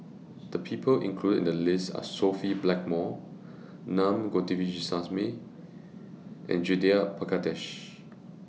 The People included in The list Are Sophia Blackmore Naa Govindasamy and Judith Prakash